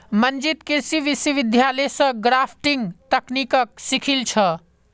मंजीत कृषि विश्वविद्यालय स ग्राफ्टिंग तकनीकक सीखिल छ